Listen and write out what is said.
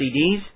CDs